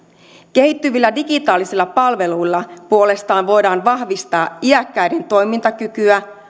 kehittyvillä digitaalisilla palveluilla puolestaan voidaan vahvistaa iäkkäiden toimintakykyä